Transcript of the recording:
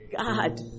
God